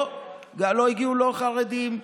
לא הגיעו לא חרדים,